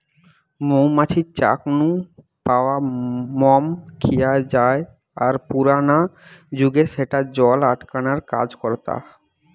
মৌ মাছির চাক নু পাওয়া মম খিয়া জায় আর পুরানা জুগে স্যাটা জল আটকানার কাজ করতা